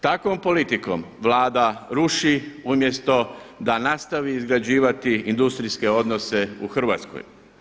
Takvom politikom Vlada ruši umjesto da nastavi izgrađivati industrijske odnose u Hrvatskoj.